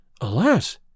Alas